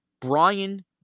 Brian